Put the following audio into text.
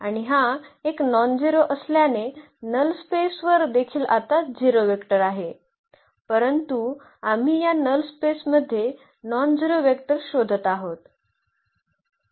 आणि हा एक नॉनझेरो असल्याने नल स्पेस वर देखील आता 0 वेक्टर आहे परंतु आम्ही या नल स्पेस मध्ये नॉनझेरो वेक्टर शोधत आहोत